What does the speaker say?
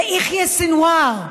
ליחיא סנוואר.